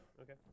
Okay